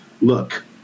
look